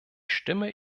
stimme